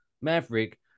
maverick